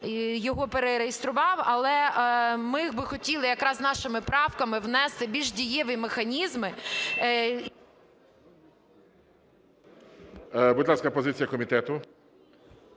його перереєстрував, але ми би хотіли якраз нашими правками внести більш дієві механізми… ГОЛОВУЮЧИЙ. Будь ласка, позиція комітету.